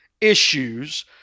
issues